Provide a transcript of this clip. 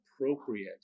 appropriate